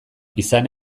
izan